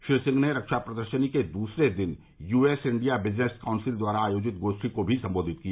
श्री सिंह ने रक्षा प्रदर्शनी के दूसरे दिन यूएस इंडिया बिजनेस काउंसिल द्वारा आयोजित गोष्ठी को भी संबोधित किया